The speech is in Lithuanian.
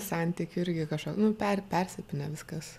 santykių irgi kažką nu per persipynę viskas